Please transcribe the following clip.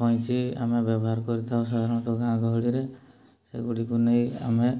କଇଁଚି ଆମେ ବ୍ୟବହାର କରିଥାଉ ସାଧାରଣତଃ ଗାଁ ଗହଳିରେ ସେଗୁଡ଼ିକୁ ନେଇ ଆମେ